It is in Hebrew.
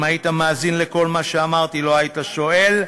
אם היית מאזין לכל מה שאמרתי, לא היית שואל.